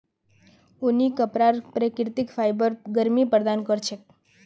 ऊनी कपराक प्राकृतिक फाइबर गर्मी प्रदान कर छेक